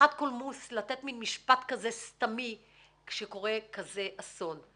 כבמשיכת קולמוס לתת מן משפט כזה סתמי כשקורה כזה אסון.